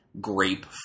grape